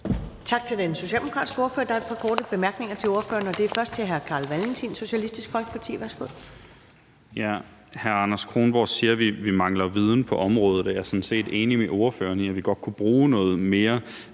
Tak til den socialdemokratiske ordfører. Der er et par korte bemærkninger til ordføreren, og det er først til hr. Carl Valentin, Socialistisk Folkeparti. Værsgo.